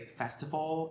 festival